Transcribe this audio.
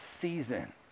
season